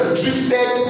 drifted